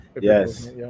Yes